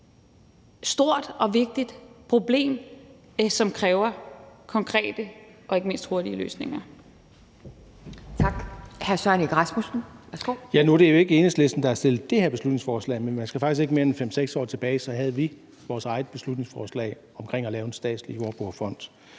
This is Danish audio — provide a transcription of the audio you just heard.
stort og vigtigt problem, som kræver konkrete og ikke mindst hurtige løsninger.